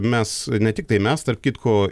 mes ne tiktai mes tarp kitko